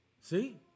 See